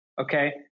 Okay